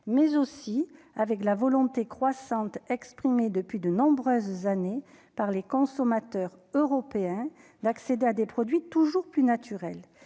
mais aussi avec la volonté croissante exprimée depuis de nombreuses années par les consommateurs européens d'accéder à des produits toujours plus naturel.